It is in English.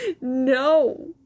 No